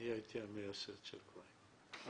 אני הייתי המייסד של "גבהים".